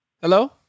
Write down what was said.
Hello